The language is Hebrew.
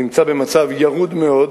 שנמצא במצב ירוד מאוד,